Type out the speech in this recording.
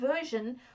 version